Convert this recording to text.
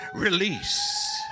Release